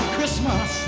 Christmas